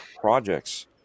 projects